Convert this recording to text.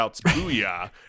Booyah